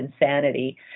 insanity